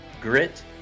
grit